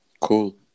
Cool